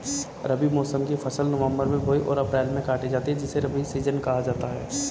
रबी मौसम की फसल नवंबर में बोई और अप्रैल में काटी जाती है जिसे रबी सीजन कहा जाता है